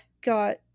got